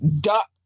duck